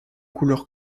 couleur